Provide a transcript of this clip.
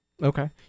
Okay